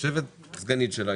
יושבת הסגנית שלה,